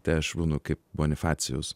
tai aš būnu kaip bonifacijus